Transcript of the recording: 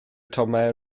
atomau